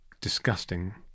disgusting